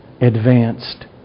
advanced